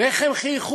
ואיך הם חייכו,